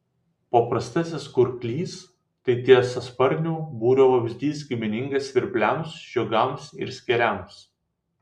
paprastasis kurklys tai tiesiasparnių būrio vabzdys giminingas svirpliams žiogams ir skėriams